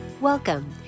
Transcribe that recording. Welcome